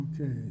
Okay